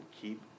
keep